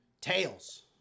Tails